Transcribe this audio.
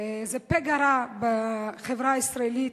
זה פגע רע בחברה הישראלית.